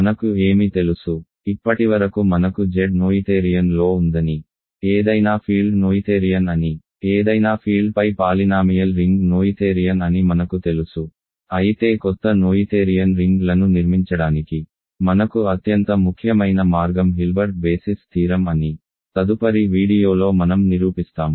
మనకు ఏమి తెలుసు ఇప్పటివరకు మనకు Z నోయిథేరియన్ లో ఉందని ఏదైనా ఫీల్డ్ నోయిథేరియన్ అని ఏదైనా ఫీల్డ్పై పాలినామియల్ రింగ్ నోయిథేరియన్ అని మనకు తెలుసు అయితే కొత్త నోయిథేరియన్ రింగ్లను నిర్మించడానికి మనకు అత్యంత ముఖ్యమైన మార్గం హిల్బర్ట్ బేసిస్ థీరం అని తదుపరి వీడియోలో మనం నిరూపిస్తాను